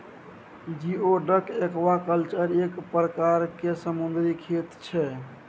geoduck aquaculture एक परकार केर समुन्दरी खेती छै